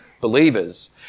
believers